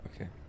Okay